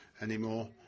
anymore